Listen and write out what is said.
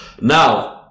Now